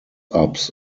ups